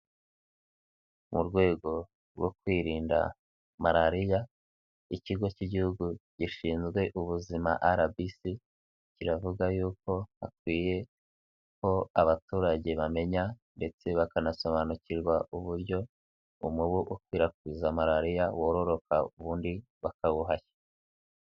Mu rwego rwo kwirinda Malariya, Ikigo k'Igihugu gishinzwe ubuzima RBC kiravuga yuko hakwiye ko abaturage bamenya ndetse bakanasobanukirwa uburyo umubu ukwirakwiza Malariya wororoka ubundi bakawuhashya.